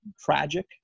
tragic